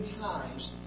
times